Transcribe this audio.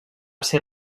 ser